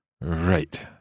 Right